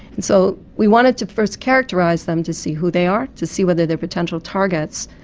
and so we wanted to first characterise them to see who they are, to see whether they are potential targets,